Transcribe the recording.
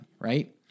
right